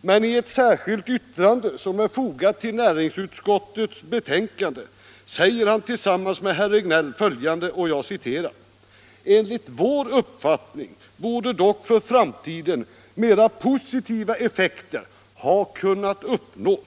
Men i ett särskilt yttrande, som han fogat till näringsutskottets betänkande, säger han tillsammans med herr Regnéll följande: ”Enligt vår uppfattning borde dock för framtiden mera positiva effekter ha kunnat uppnås